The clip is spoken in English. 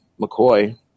McCoy